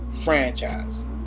franchise